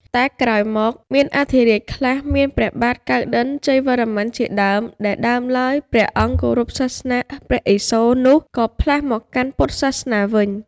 តែក្រោយមក មានអធិរាជខ្លះមានព្រះបាទកៅណ្ឌិន្យជ័យវរ្ម័នជាដើមដែល ដើមឡើយព្រះអង្គគោរពសាសនាព្រះឥសូរនោះ ក៏ផ្លាស់មកកាន់ពុទ្ធសាសនាវិញ ។